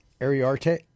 Ariarte